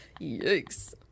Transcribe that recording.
Yikes